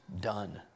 done